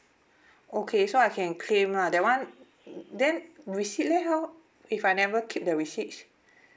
okay so I can claim lah that one then receipt leh how if I never keep the receipts